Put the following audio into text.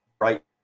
right